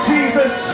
Jesus